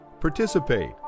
participate